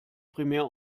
primär